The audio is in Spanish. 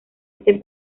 este